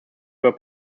were